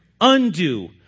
undo